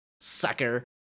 sucker